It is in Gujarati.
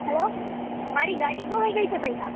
હલો મારી ગાડી ખોવાઈ ગઈ છે ભાઈ સાહેબ